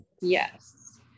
Yes